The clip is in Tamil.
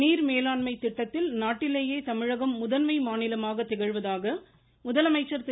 நீர் மேலாண்மை திட்டத்தில் நாட்டிலேயே தமிழகம் முதன்மை மாநிலமாக திகழ்வதாக முதலமைச்சர் திரு